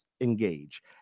engage